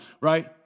Right